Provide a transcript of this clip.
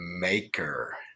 maker